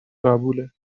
قبوله